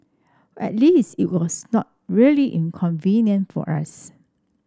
at least it was not really inconvenient for us